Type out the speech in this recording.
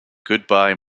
goodbye